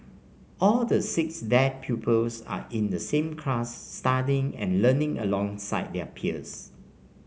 all the six deaf pupils are in the same class studying and learning alongside their peers